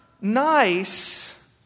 nice